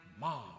mom